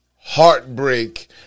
heartbreak